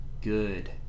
Good